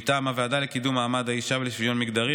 מטעם הוועדה לקידום מעמד האישה ולשוויון מגדרי,